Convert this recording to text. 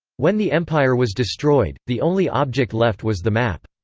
when the empire was destroyed, the only object left was the map.